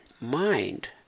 mind